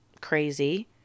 crazy